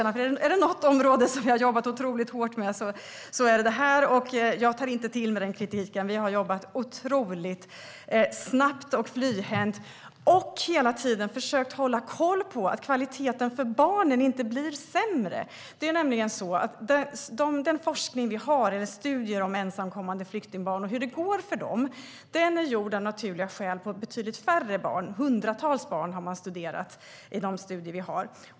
Om det är något område som vi har jobbat otroligt hårt med så är det detta. Jag tar därför inte till mig denna kritik. Vi har jobbat otroligt snabbt och flyhänt och hela tiden försökt hålla koll på att kvaliteten för barnen inte blir sämre. Det är nämligen så att de studier som vi har om ensamkommande flyktingbarn och hur det går för dem av naturliga skäl är gjorda på betydligt färre barn. Man har studerat hundratals barn i dessa studier.